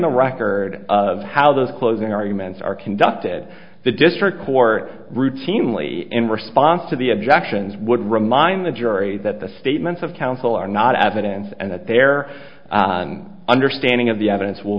the record of how those closing arguments are conducted the district court routinely in response to the objections would remind the jury that the statements of counsel are not evidence and that their understanding of the evidence will